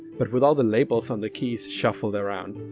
but with all the labels on the keys shuffled around.